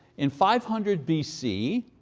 in five hundred bc